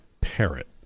parrot